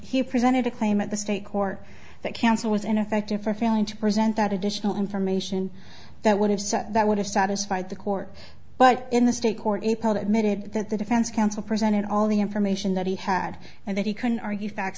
he presented a claim at the state court that counsel was ineffective for failing to present that additional information that would have said that would have satisfied the court but in the state court april admitted that the defense counsel presented all the information that he had and that he couldn't argue fact